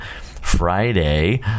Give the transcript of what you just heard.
friday